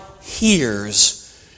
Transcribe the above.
hears